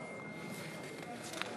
42. הקמת ועדת חקירה פרלמנטרית בנושא